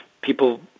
people